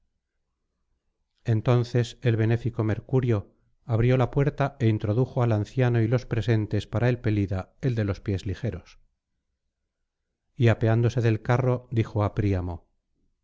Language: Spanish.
entonces el benéfico mercurio abrió la puerta é introdujo al anciano y los presentes para el pelida el de los pies ligeros y apeándose del carro dijo á príamo